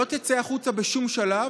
לא תצא החוצה בשום שלב,